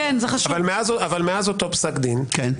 אבל מאז אותו פסק דין -- כן.